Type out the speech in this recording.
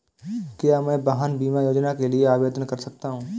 क्या मैं वाहन बीमा योजना के लिए आवेदन कर सकता हूँ?